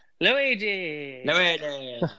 Luigi